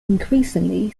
increasingly